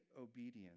obedience